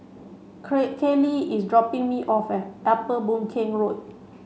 Creat Caylee is dropping me off Upper Boon Keng Road